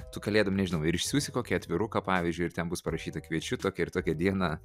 tu kalėdom nežinau ir išsiųsti kokį atviruką pavyzdžiui ir ten bus parašyta kviečiu tokią ir tokią dieną